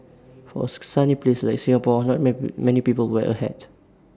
for ask sunny place like Singapore not man many people wear A hat